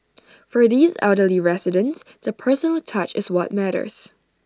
for these elderly residents the personal touch is what matters